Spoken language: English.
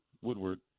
Woodward